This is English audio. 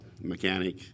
mechanic